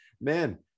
man